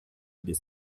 des